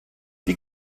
die